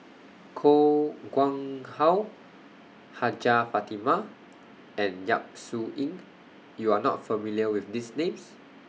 Koh Nguang How Hajjah Fatimah and Yap Su Yin YOU Are not familiar with These Names